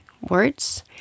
words